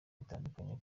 bitandukanye